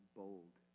bold